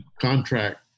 contract